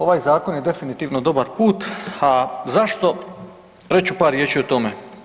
Ovaj zakon je definitivno dobar put, a zašto reći ću par riječi o tome.